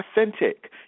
authentic